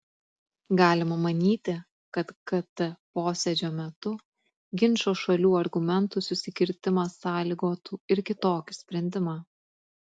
galima manyti kad kt posėdžio metu ginčo šalių argumentų susikirtimas sąlygotų ir kitokį sprendimą